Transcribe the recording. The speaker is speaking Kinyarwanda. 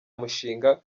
mushinga